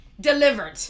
Delivered